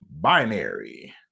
Binary